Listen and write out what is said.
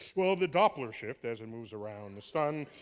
well, the doppler shift as it moves around the sun,